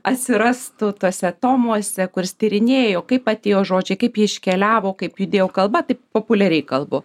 atsirastų tuose tomuose kur jis tyrinėjo kaip atėjo žodžiai kaip jie iškeliavo kaip judėjo kalba taip populiariai kalbu